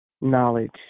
knowledge